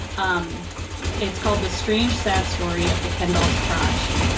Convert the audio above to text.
um it's called the strange, sad story of the kendal's crotch.